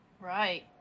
Right